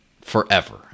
forever